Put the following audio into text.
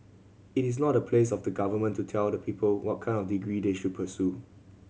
it is not the place of the Government to tell the people what kind of degree they should pursue